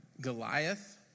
Goliath